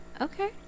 Okay